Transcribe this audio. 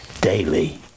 daily